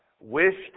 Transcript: wished